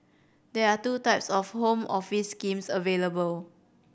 there are two types of Home Office schemes available